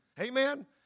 Amen